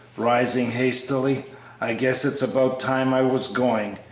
rising hastily i guess it's about time i was going,